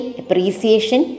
appreciation